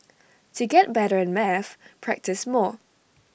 to get better at maths practise more